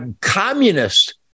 communist